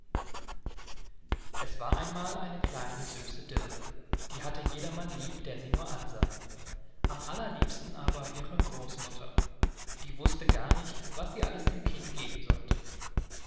es war einmal eine kleine süße dirn die hatte jedermann lieb der sie nur ansah am allerliebsten aber ihre großmutter die wußte gar nicht was sie alles dem kind geben sollte